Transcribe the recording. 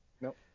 Nope